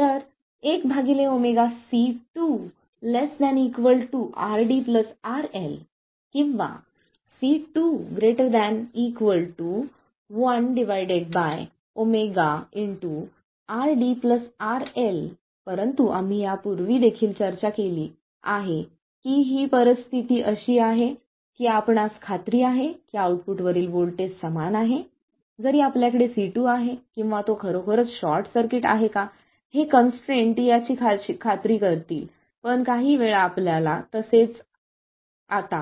तर 1 ω C2 ≤ RD RL or C2 ≥ 1 ω RD RL परंतु आम्ही यापूर्वी देखील चर्चा केली की ही परिस्थिती अशी आहे की आपणास खात्री आहे की आउटपुट वरील व्होल्टेज समान आहे जरी आपल्याकडे C2 आहे किंवा तो खरोखरच शॉर्ट सर्किट आहे का हे कंसट्रेन्ट्स याची खात्री करतील पण काही वेळा आपल्याला तसेच आता